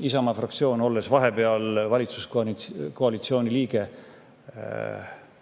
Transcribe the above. Isamaa fraktsioon, olles vahepeal valitsuskoalitsiooni liige, pidurdas